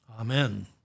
Amen